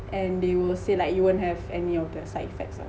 and they were say like you won't have any of the side effect